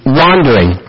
wandering